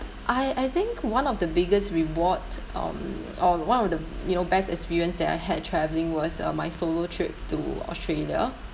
I I think one of the biggest reward um or one of the you know best experience that I had travelling was uh my solo trip to Australia